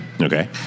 Okay